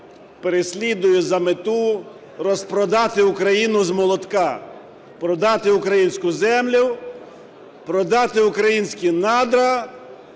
переслідує за мету розпродати Україну з молотка: продати українську землю, продати українські надра